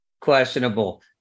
questionable